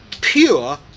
pure